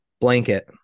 Blanket